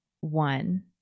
one